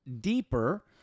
deeper